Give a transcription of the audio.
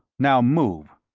now move.